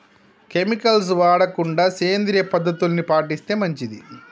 chemicals వాడకుండా సేంద్రియ పద్ధతుల్ని పాటిస్తే మంచిది